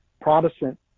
Protestant